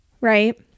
right